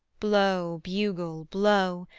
blow, bugle, blow,